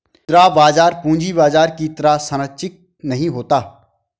मुद्रा बाजार पूंजी बाजार की तरह सरंचिक नहीं होता